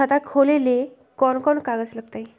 खाता खोले ले कौन कौन कागज लगतै?